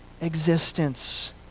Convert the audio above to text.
existence